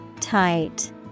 Tight